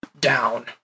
down